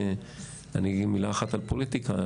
אני אגיד מילה אחת על פוליטיקה.